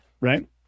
right